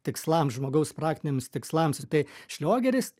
tikslams žmogaus praktiniams tikslams tai šliogeris